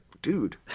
Dude